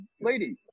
lady